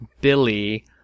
Billy